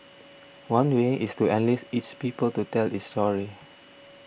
one way is to enlist its people to tell its story